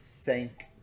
thank